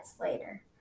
later